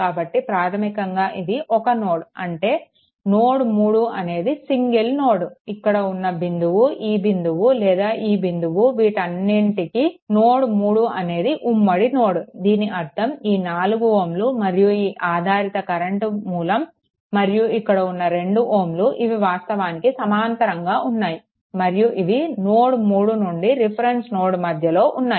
కాబట్టి ప్రాధమికంగా ఇది ఒక నోడ్ అంటే నోడ్3 అనేది సింగల్ నోడ్ ఇక్కడ ఉన్న బిందువు ఈ బిందువు లేదా ఈ బిందువు వీటన్నిటికి నోడ్3 అనేది ఉమ్మడి నోడ్ దీని అర్దం ఈ 4 Ω మరియు ఈ ఆధారిత కరెంట్ వనరు మరియు ఇక్కడ ఉన్న 2 Ω ఇవి వాస్తవానికి సమాంతరంగా ఉన్నాయి మరియు ఇవి నోడ్3 నుండి రిఫరెన్స్ నోడ్ మధ్యలో ఉన్నాయి